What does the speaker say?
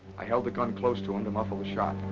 i held the gun close to him to muffle the shot.